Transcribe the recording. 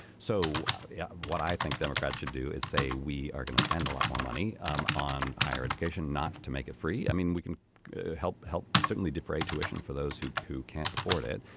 so yeah what i think democrats should do is say we are going to spend a lot more money um on higher education not to make it free. i mean we can help help suddenly defray tuition for those who who can't afford it.